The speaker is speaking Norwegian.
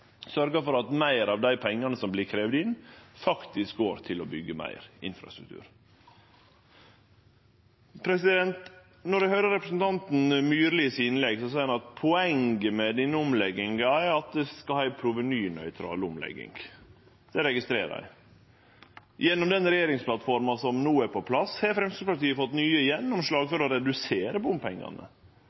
for at meir av dei pengane som vert kravde inn, faktisk går til å byggje meir infrastruktur. Når eg høyrer representanten Myrlis innlegg, seier han at poenget med denne omlegginga er at ein skal ha ei provenynøytral omlegging. Det registrerer eg. Gjennom den regjeringsplattforma som no er på plass, har Framstegspartiet fått nye gjennomslag for å redusere bompengane.